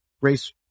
race